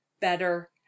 better